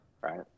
right